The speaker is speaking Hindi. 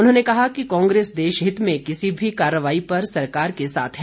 उन्होंने कहा कि कांग्रेस देशहित में किसी भी कार्रवाई पर सरकार के साथ है